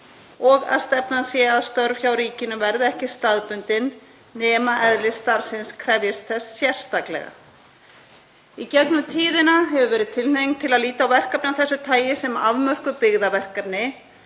og að stefnan sé að störf hjá ríkinu verði ekki staðbundin nema eðli starfsins krefjist þess sérstaklega. Í gegnum tíðina hefur verið tilhneiging til að líta á verkefni af þessu tagi sem afmörkuð byggðaverkefni